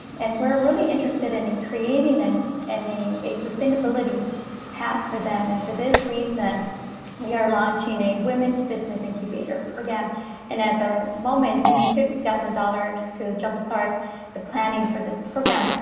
and we're really interested in and creating and an a a sustainability path for them and for this reason we are launching a women's business incubator program and at the moment we need fifty thousand dollars to jump start the planning for this program,